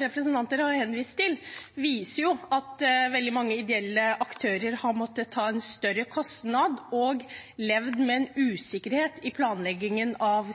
representanter har henvist til – viser at veldig mange ideelle aktører har måttet ta en større kostand og levd med en usikkerhet i planleggingen av